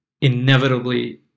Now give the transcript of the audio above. inevitably